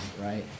right